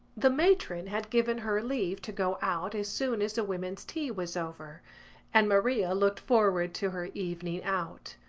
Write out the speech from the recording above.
the matron had given her leave to go out as soon as the women's tea was over and maria looked forward to her evening out.